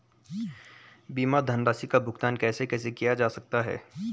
बीमा धनराशि का भुगतान कैसे कैसे किया जा सकता है?